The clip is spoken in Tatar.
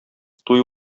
туй